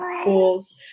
schools